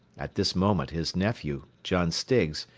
at this moment his nephew, john stiggs,